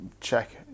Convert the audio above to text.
check